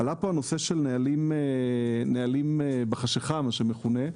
עלה פה הנושא של נהלים בחשכה, מה שמכונה.